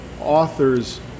authors